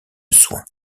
soins